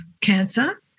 cancer